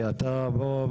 לגזענות,